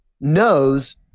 knows